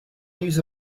use